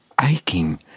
aching